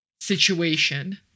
situation